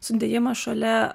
sudėjimą šalia